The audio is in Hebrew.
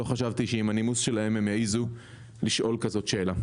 לא חשבתי שעם הנימוס שלהם הם יעזו לשאול כזו שאלה.